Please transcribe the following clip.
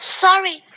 sorry